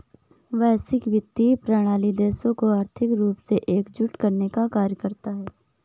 वैश्विक वित्तीय प्रणाली देशों को आर्थिक रूप से एकजुट करने का कार्य करता है